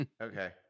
Okay